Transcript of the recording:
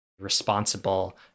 responsible